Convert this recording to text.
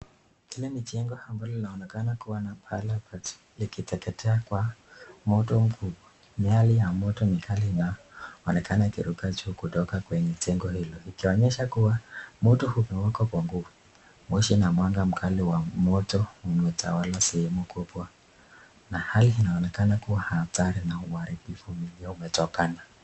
Hili ni jengo ambalo linaonekana kuwa pahala pa kuteketea kwa moto mkubwa. Miali ya moto mikali inaonekana ikiruka juu kutoka kwenye jengo hilo, ikionyesha kuwa moto umewaka kwa nguvu. Moshi na mwanga mkali wa moto umetawala sehemu kubwa na hali inaonekana kuwa hatari na uharibifu mwingi umetokea.